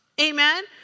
Amen